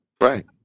Right